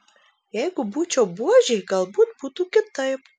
jeigu būčiau buožė galbūt būtų kitaip